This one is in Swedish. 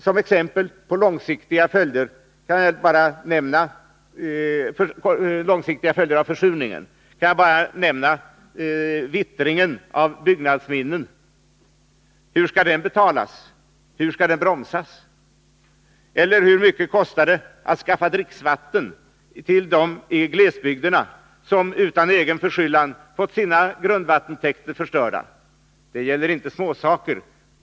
Som exempel på långsiktiga följder av försurning kan jag nämna vittringen av byggnadsminnen. Hur skall den betalas? Hur skall den bromsas? Eller hur mycket kostar det att skaffa dricksvatten till dem i glesbygderna som utan egen förskyllan fått sina grundvattentäkter förstörda? Det gäller inte så få.